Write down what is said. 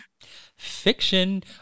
Fiction